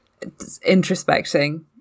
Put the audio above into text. introspecting